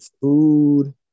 food